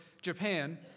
Japan